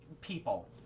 people